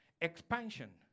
expansion